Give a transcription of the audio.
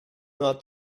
not